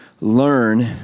learn